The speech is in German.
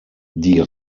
die